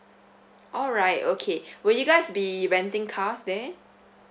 alright okay will you guys be renting cars there